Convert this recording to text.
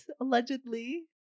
allegedly